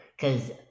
cause